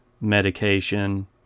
medication